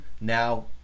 now